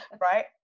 right